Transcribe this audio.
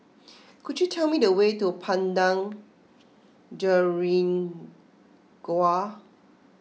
could you tell me the way to Padang Jeringau